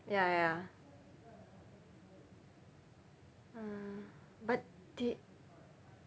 ya ya ya mm but they